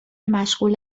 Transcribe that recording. مشغول